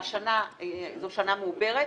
והשנה זו שנה מעוברת,